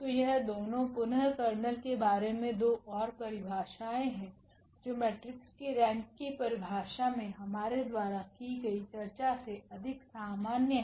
तो यह दोनों पुनः कर्नेल के बारे में दो और परिभाषाएँ हैं जो मेट्रिसेस की रैंक की परिभाषा मे हमारे द्वारा की गई चर्चा से अधिक सामान्य है